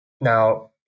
Now